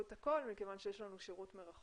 את הכול מכיוון שיש לנו שירות מרחוק.